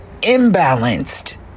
Imbalanced